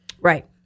Right